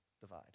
divide